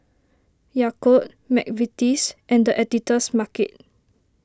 Yakult Mcvitie's and the Editor's Market